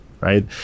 right